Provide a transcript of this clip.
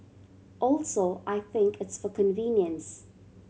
also I think it's for convenience